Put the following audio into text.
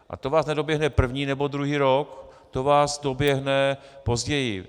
A to vás nedoběhne první nebo druhý rok, to vás doběhne později.